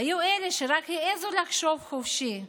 היו אלה שרק העזו לחשוב חופשי,